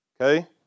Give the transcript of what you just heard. okay